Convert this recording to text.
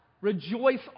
Rejoice